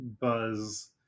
Buzz